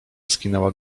skinęła